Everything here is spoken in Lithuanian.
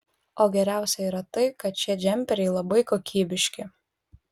o geriausia yra tai kad šie džemperiai labai kokybiški